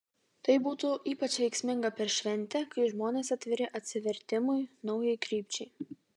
tai būtų ypač veiksminga per šventę kai žmonės atviri atsivertimui naujai krypčiai